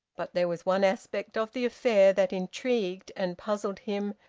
but there was one aspect of the affair that intrigued and puzzled him,